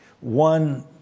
one